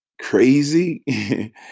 Crazy